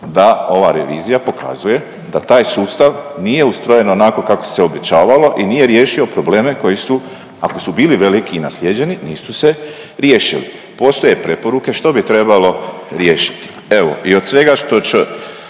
da ova revizija pokazuje da taj sustav nije ustrojen onako kako se obećavalo i nije riješio probleme koji su, ako su bili veliki i naslijeđeni, nisu se riješili. Postoje preporuke što bi trebalo riješiti. Evo i od svega što ću,